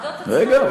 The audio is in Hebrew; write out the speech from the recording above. המדריכה.